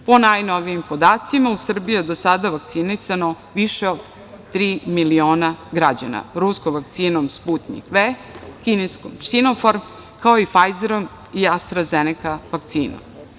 Po najnovijim podacima, u Srbiji je do sada vakcinisano više od tri miliona građana ruskom vakcinom „Sputnjik V“, kineskom „Sinefarm“, kao i „Fajzerom“ i „AstraZeneka“ vakcinom.